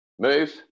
Move